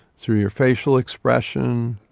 through your facial expression,